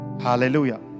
Hallelujah